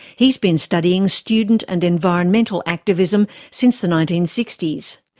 he's been studying student and environmental activism since the nineteen sixty s.